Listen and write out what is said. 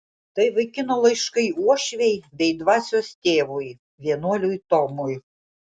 tai vaikino laiškai uošvei bei dvasios tėvui vienuoliui tomui